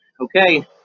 Okay